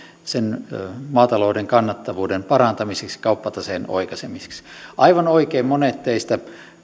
maatalouden kannattavuuden parantamiseksi kauppataseen oikaisemiseksi aivan oikein monet teistä